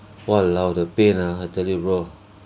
!walao! the pain ah I tell you bro